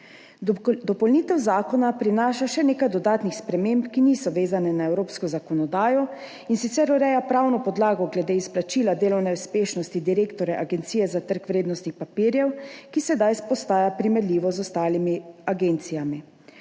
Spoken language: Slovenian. Dopolnitev zakona prinaša še nekaj dodatnih sprememb, ki niso vezane na evropsko zakonodajo, in sicer ureja pravno podlago glede izplačila delovne uspešnosti direktorja Agencije za trg vrednostnih papirjev, ki sedaj postaja primerljivo z ostalimi agencijami.